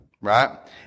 Right